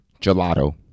gelato